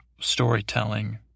storytelling